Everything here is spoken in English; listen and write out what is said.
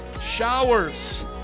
showers